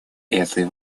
этой